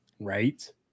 Right